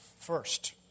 First